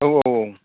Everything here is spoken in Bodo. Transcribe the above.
औ औ औ